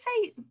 say